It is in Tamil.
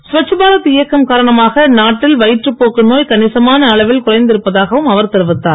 ஸ்வச் பாரத் இயக்கம் காரணமாக நாட்டில் வயிற்றுப் போக்கு நோய் கணிசமாக அளவில் குறைந்திருப்பதாகவும் அவர் தெரிவித்தார்